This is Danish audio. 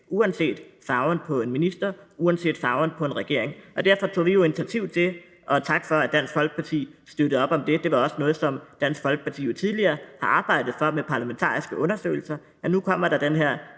uanset farven på en minister og uanset farven på en regering. Derfor tog vi jo initiativ til, og tak for, at Dansk Folkeparti støttede op om det – det er også noget, som Dansk Folkeparti tidligere har arbejdet for, med parlamentariske undersøgelser – at der nu kommer den her